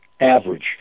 average